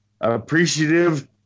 appreciative